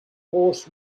horse